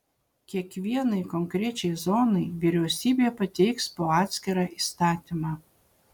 kiekvienai konkrečiai zonai vyriausybė pateiks po atskirą įstatymą